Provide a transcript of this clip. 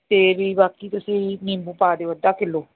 ਅਤੇ ਵੀ ਬਾਕੀ ਤੁਸੀਂ ਨਿੰਬੂ ਪਾ ਦਿਓ ਅੱਧਾ ਕਿਲੋ